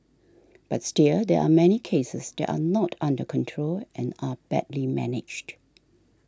but still there are many cases that are not under control and are badly managed